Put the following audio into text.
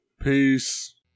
Peace